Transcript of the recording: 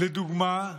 לדוגמה,